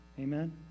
Amen